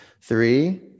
Three